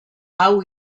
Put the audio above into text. hau